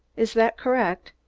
is that correct?